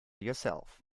yourself